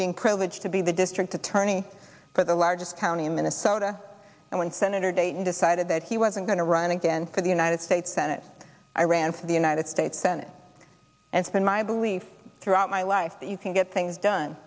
being privileged to be the district attorney for the largest county in minnesota and when senator dayton decided that he wasn't going to run again for the united states senate i ran for the united states senate and spent my belief throughout my life that you can get things done